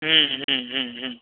ह्म् ह्म् ह्म् ह्म्